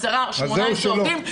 10 או 18 עובדים,